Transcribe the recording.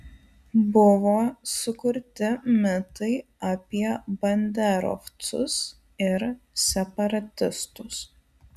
buvo sukurti mitai apie banderovcus ir separatistus